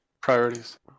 Priorities